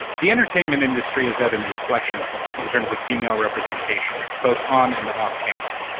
the entertainment industry is at an inflection point in terms of female representation, both on and off camera,